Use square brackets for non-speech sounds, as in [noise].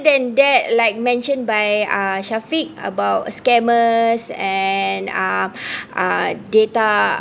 than that like mentioned by uh shafiq about scammers and uh [breath] uh data